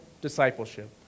discipleship